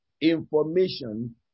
information